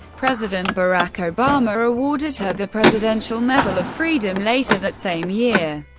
president barack obama awarded her the presidential medal of freedom later that same year.